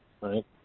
right